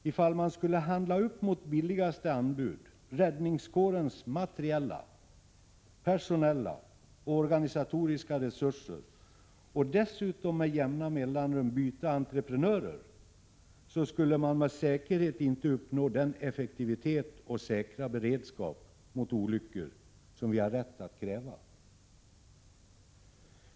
I fall man mot billigaste anbud skulle handla upp räddningskårens materiella, personella och organisatoriska resurser och dessutom med jämna mellanrum byta entreprenörer, så skulle man med säkerhet inte uppnå den effektivitet och säkra beredskap mot olyckor som vi har rätt att kräva.